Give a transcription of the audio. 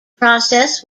process